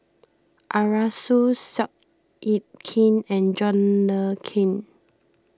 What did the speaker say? Arasu Seow Yit Kin and John Le Cain